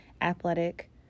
athletic